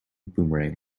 boomerang